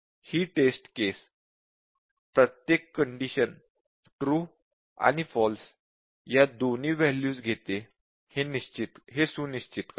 हि test case प्रत्येक condition true आणि फॉल्स या दोन्ही वॅल्यूज घेते हे सुनिश्चित करेल